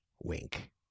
wink